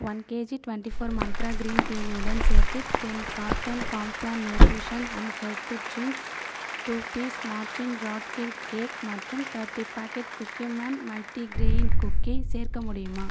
one kg twenty four Mantra green டீயுடன் சேர்த்து ten carton Complan nutrition and health drink two piece Mortein rat kill cake மற்றும் thirty packet Cookieman multigrain cookie சேர்க்க முடியுமா